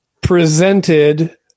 presented